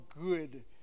good